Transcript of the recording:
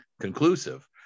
conclusive